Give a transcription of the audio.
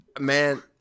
Man